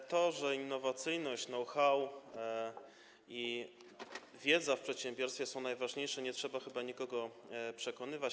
Do tego, że innowacyjność, know-how i wiedza w przedsiębiorstwie są najważniejsze, nie trzeba chyba nikogo przekonywać.